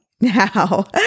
Now